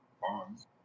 bonds